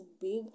big